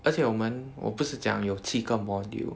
而且我们我不是讲有七个 module